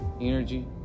energy